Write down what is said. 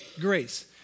Grace